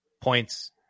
points